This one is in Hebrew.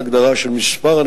שהדבר הזה צריך להיות מוצמד,